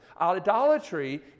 Idolatry